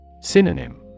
Synonym